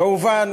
כמובן,